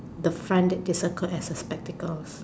the front that they circled as spectacles